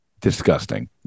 disgusting